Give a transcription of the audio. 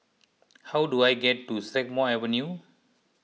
how do I get to Strathmore Avenue